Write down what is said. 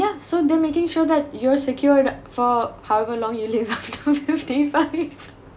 yeah so them making sure that you're secured for however long you live until day